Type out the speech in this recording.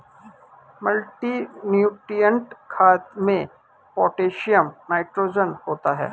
multinutrient खाद में potassium nitrogen होता है